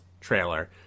trailer